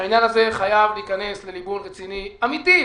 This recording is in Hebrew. שהעניין הזה חייב להיכנס לליבון רציני אמיתי.